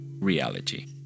reality